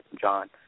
John